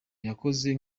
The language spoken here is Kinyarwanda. yakoze